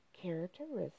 characteristics